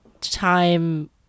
time